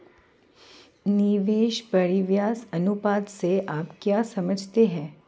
निवेश परिव्यास अनुपात से आप क्या समझते हैं?